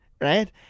right